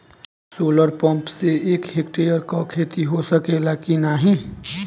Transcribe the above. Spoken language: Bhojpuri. सोलर पंप से एक हेक्टेयर क खेती हो सकेला की नाहीं?